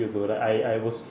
K so like I I was